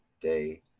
day